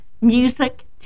music